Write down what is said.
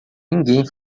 ninguém